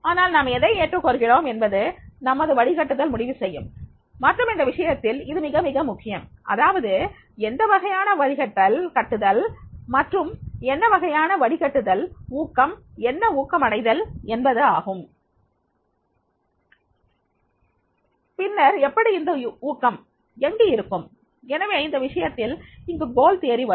ஆனால் நாம் எதை ஏற்றுக் கொள்கிறோம் என்பதை நமது வடிகட்டுதல் முடிவுசெய்யும் மற்றும் இந்த விஷயத்தில் இது மிக மிக முக்கியம் அதாவது எந்த வகையான வடிகட்டுதல் மற்றும் என்ன வகையான வடிகட்டுதல் ஊக்கம் என்ன ஊக்கம் அடைதல் என்பது ஆகும் பின்னர் எப்படி இந்த ஊக்கம் அங்கு இருக்கும் எனவே இந்த விஷயத்தில் இங்கு குறிக்கோள் கோட்பாடு வரும்